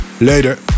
later